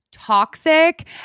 toxic